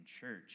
church